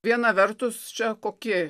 viena vertus čia kokie